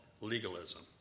legalism